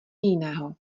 jiného